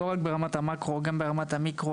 לא רק ברמת המאקרו אלא גם ברמת המיקרו.